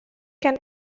can